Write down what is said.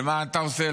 מה אתה עושה,